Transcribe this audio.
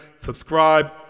Subscribe